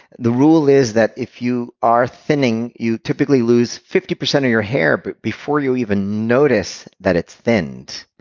the rule is that if you are thinning, you typically lose fifty percent of your hair but before you even notice that it's thinned.